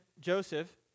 Joseph